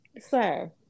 Sir